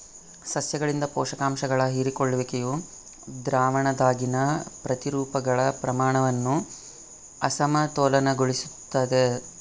ಸಸ್ಯಗಳಿಂದ ಪೋಷಕಾಂಶಗಳ ಹೀರಿಕೊಳ್ಳುವಿಕೆಯು ದ್ರಾವಣದಾಗಿನ ಪ್ರತಿರೂಪಗಳ ಪ್ರಮಾಣವನ್ನು ಅಸಮತೋಲನಗೊಳಿಸ್ತದ